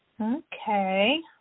Okay